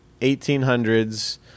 1800s